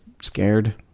scared